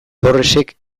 torresek